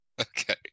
okay